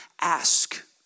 ask